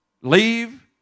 Leave